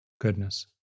goodness